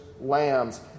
lambs